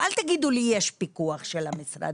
ואל תגידו לי יש פיקוח של המשרד.